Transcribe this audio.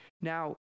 now